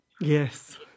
Yes